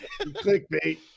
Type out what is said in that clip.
clickbait